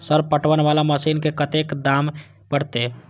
Sir पटवन वाला machine के कतेक दाम परतें?